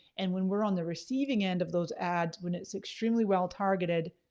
and when we're on the receiving end of those ads, when it's extremely well targeted,